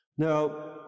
Now